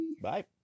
Bye